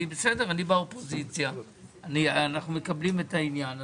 אני באופוזיציה ואנחנו מקבלים את העניין הזה.